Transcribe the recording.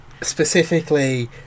specifically